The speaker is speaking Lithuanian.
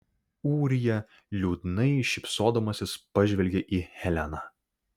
ūrija liūdnai šypsodamasis pažvelgė į heleną